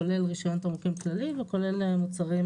כולל רישיון תמרוקים כללי וכולל מוצרים